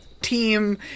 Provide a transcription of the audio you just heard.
team